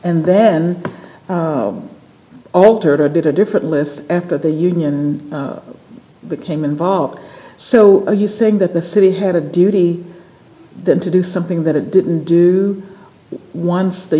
and then altered it a different list after the union became involved so are you saying that the city had a duty then to do something that it didn't do once the